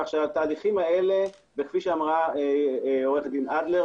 כפי שאמרה עורכת הדין אדלר